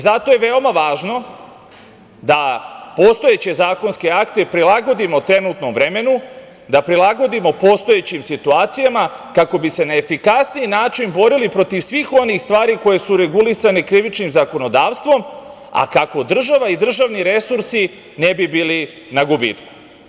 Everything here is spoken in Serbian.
Zato je veoma važno da postojeće zakonske akte prilagodimo trenutnom vremenu, da prilagodimo postojećim situacijama kako bi se na efikasniji način borili protiv svih onih stvari koje su regulisane krivičnim zakonodavstvom, a kako država i državni resursi ne bi bili na gubitku.